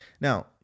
Now